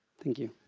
thank you.